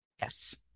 Yes